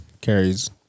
carries